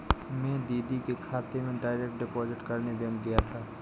मैं दीदी के खाते में डायरेक्ट डिपॉजिट करने बैंक गया था